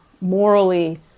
morally